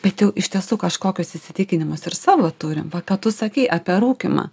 bet jau iš tiesų kažkokius įsitikinimus ir savo turim va ką tu sakei apie rūkymą